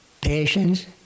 patience